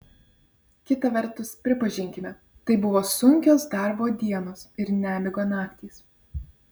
kita vertus pripažinkime tai buvo sunkios darbo dienos ir nemigo naktys